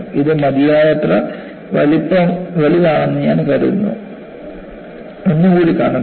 ഇത് മതിയായത്ര വലുതാണെന്ന് ഞാൻ കരുതുന്നു ഒന്ന് കൂടി കാണട്ടെ